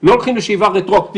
לא הולכים לשאיבה רטרואקטיבית,